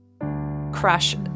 crush